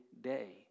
day